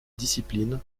discipline